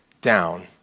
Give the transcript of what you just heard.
down